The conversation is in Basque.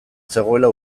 zegoela